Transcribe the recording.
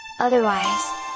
Otherwise